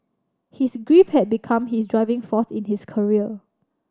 his grief had become his driving force in his career